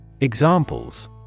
Examples